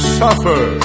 suffer